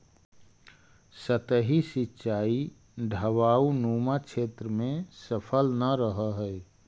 सतही सिंचाई ढवाऊनुमा क्षेत्र में सफल न रहऽ हइ